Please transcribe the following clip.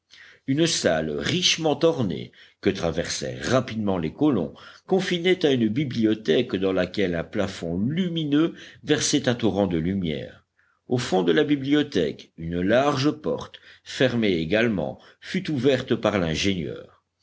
une salle richement ornée que traversèrent rapidement les colons confinait à une bibliothèque dans laquelle un plafond lumineux versait un torrent de lumière au fond de la bibliothèque une large porte fermée également fut ouverte par l'ingénieur